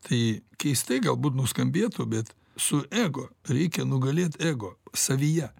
tai keistai galbūt nuskambėtų bet su ego reikia nugalėt ego savyje